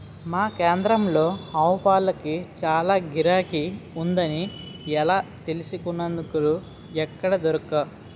మా కేంద్రంలో ఆవుపాలకి చాల గిరాకీ ఉందని ఎలా తెలిసిందనుకున్నావ్ ఎక్కడా దొరక్క